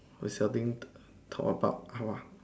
resulting talk about how